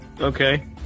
okay